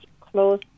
close